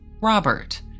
Robert